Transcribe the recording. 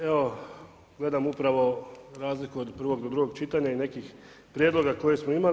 Evo gledam upravo razliku od prvog do drugog čitanja i nekih prijedloga koje smo imali.